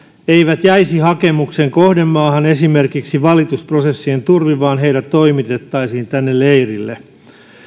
eivät jäisi hakemuksen kohdemaahan esimerkiksi valitusprosessien turvin vaan heidät toimitettaisiin tänne leirille